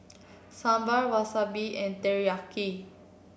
Sambar Wasabi and Teriyaki